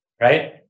right